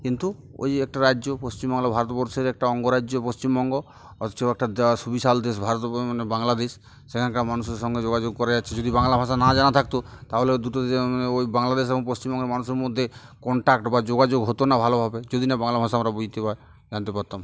কিন্তু ওই একটা রাজ্য পশ্চিমবংলা ভারতবর্ষের একটা অঙ্গরাজ্য পশ্চিমবঙ্গ অথচ একটা সুবিশাল দেশ ভারত মানে বাংলাদেশ সেখানকার মানুষের সঙ্গে যোগাযোগ করে যাচ্ছে যদি বাংলা ভাষা না জানা থাকত তাহলে দুটো মানে ওই বাংলাদেশ এবং পশ্চিমবঙ্গের মানুষের মধ্যে কন্ট্যাক্ট বা যোগাযোগ হতো না ভালোভাবে যদি না বাংলা ভাষা আমরা বুঝতে পারতাম জানতে পারতাম